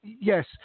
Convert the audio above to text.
Yes